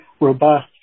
robust